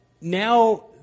now